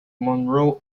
monroe